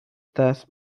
thus